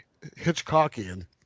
Hitchcockian